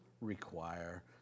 require